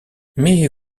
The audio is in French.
mais